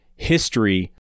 history